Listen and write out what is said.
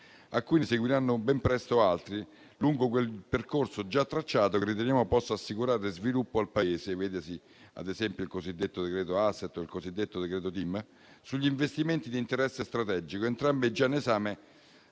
a cui ne seguiranno ben presto altri, lungo quel percorso già tracciato che riteniamo possa assicurare sviluppo al Paese: vedasi il cosiddetto decreto *asset* e il cosiddetto decreto TIM sugli investimenti di interesse strategico, entrambi già all'esame